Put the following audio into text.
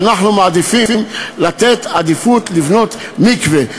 אנחנו מעדיפים לתת עדיפות לבניית מקווה.